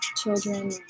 children